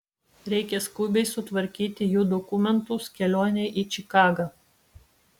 reikia skubiai sutvarkyti jų dokumentus kelionei į čikagą